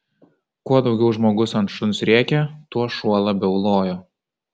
kuo daugiau žmogus ant šuns rėkė tuo šuo labiau lojo